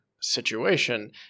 situation